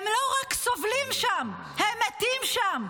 הם לא רק סובלים שם, הם מתים שם.